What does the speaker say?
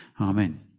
Amen